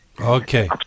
okay